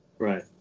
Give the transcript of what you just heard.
Right